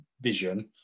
vision